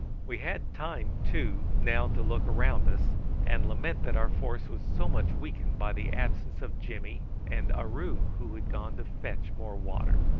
we had time, too, now to look round us and lament that our force was so much weakened by the absence of jimmy and aroo, who had gone to fetch more water.